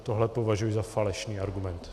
Tohle považuji za falešný argument.